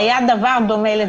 אני מציע דבר כזה